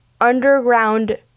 underground